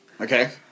Okay